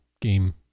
game